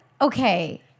okay